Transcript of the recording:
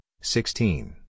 sixteen